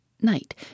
Night